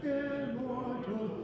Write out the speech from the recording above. immortal